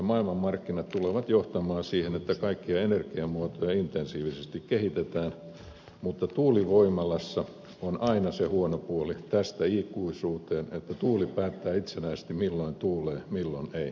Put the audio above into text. maailmanmarkkinat tulevat johtamaan siihen että kaikkia energiamuotoja intensiivisesti kehitetään mutta tuulivoimalassa on aina se huono puoli tästä ikuisuuteen että tuuli päättää itsenäisesti milloin tuulee milloin ei